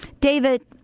David